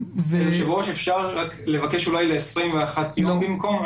היושב ראש, אפשר רק לבקש אולי ל-21 יום במקום?